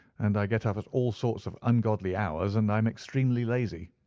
and i get up at all sorts of ungodly hours, and i am extremely lazy.